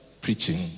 preaching